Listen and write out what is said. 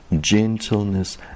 gentleness